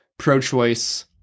Pro-choice